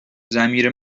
ضمیر